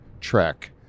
Trek